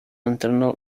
internal